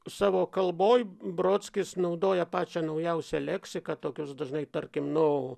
savo kalboj brodskis naudoja pačią naujausią leksika tokius dažnai tarkim nu